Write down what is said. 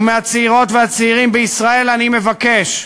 ומהצעירות והצעירים בישראל אני מבקש: